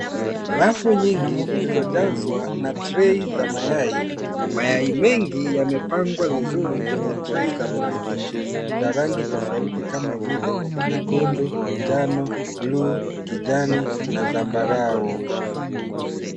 Rafu nyingi zilizojazwa na trei za mayai, mayai mengi yamepangwa vizuri kwenye trei za plastiki za rangi tofauti kama vile; nyekundu, njano, bluu, kijani na zambarau.